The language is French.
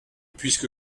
puisque